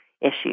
issues